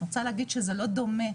אני רוצה להגיד שזה לא דומה,